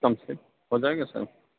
کم سے ہو جائے گا سر